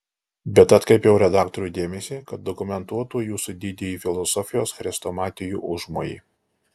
bet atkreipiau redaktorių dėmesį kad dokumentuotų jūsų didįjį filosofijos chrestomatijų užmojį